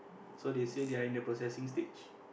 so they say they are in the processing stage